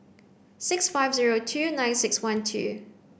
six five zero two nine six one two